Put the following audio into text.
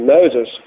Moses